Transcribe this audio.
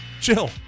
Chill